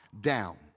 down